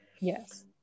Yes